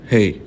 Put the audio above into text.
Hey